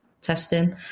testing